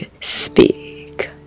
Speak